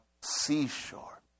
seashore